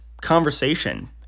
conversation